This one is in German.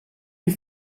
die